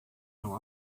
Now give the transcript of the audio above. não